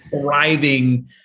thriving